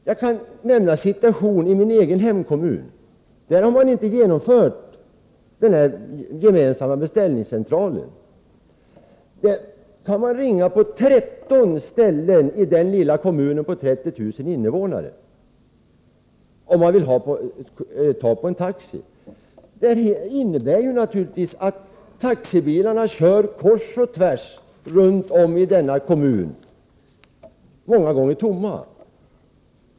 Jag kan nämna hur situationen är i min hemkommun, där man inte har genomfört gemensam beställningscentral. I denna lilla kommun med 30 000 invånare kan man ringa till 13 ställen för att få tag på en taxi. Det innebär naturligtvis att taxibilarna kör kors och tvärs runtom i denna kommun, många gånger tomma.